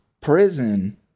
prison